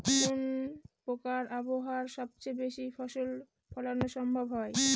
কোন প্রকার আবহাওয়ায় সবচেয়ে বেশি ফসল ফলানো সম্ভব হয়?